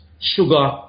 sugar